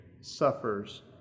suffers